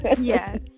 Yes